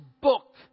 book